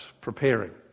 preparing